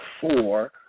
four